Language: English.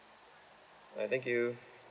alright thank you